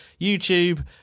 YouTube